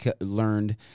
learned